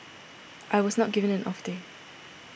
I was not given an off day